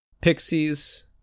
Pixies